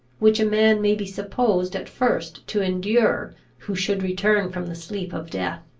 which a man may be supposed at first to endure who should return from the sleep of death.